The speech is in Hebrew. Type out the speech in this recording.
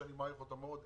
שאני מעריך אותו מאוד,